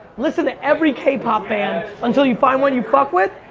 listen to every k-pop band, until you find one you fuck with,